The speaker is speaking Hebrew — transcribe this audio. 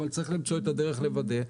אבל צריך למצוא את הדרך לוודא.